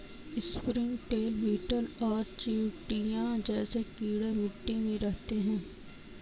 springtail, beetle और चींटियां जैसे कीड़े मिट्टी में रहते हैं